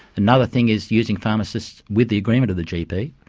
another thing is using pharmacists, with the agreement of the gp,